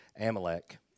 Amalek